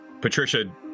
Patricia